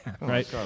right